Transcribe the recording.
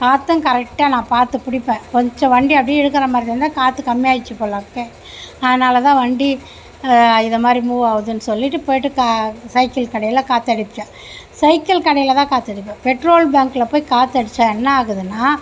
காற்றும் கரெக்டாக நான் பார்த்துப் பிடிப்பேன் கொஞ்சம் வண்டி அப்படியே இழுக்கிற மாதிரி இருந்தால் காற்று கம்மியாகிருச்சி போலருக்கு அதனால தான் வண்டி இது மாதிரி மூவ் ஆகுதுனு சொல்லிவிட்டு போய்ட்டு சைக்கிள் கடையில் காற்று அடிச்சுப்பேன் சைக்கிள் கடையில் தான் காற்று அடிப்பேன் பெட்ரோல் பங்க்கில் போய் காற்றை அடித்தா என்ன ஆகுதுனா